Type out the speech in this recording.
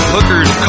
Hookers